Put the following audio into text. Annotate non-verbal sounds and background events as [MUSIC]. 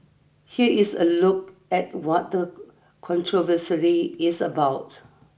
[UNINTELLIGIBLE] here is a look at what the controversary is about